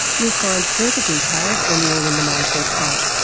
you'll find further details on the all in the mind website.